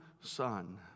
son